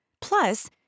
Plus